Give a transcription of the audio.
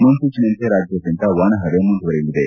ಮುನ್ಸೂಚನೆಯಂತೆ ರಾಜ್ಯಾದ್ಯಂತ ಒಣ ಹವೆ ಮುಂದುವರಿಯಲಿದೆ